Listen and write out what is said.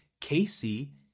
Casey